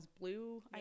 blue